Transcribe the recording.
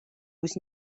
was